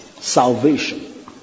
salvation